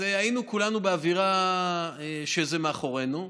היינו כולנו באווירה שזה מאחורינו.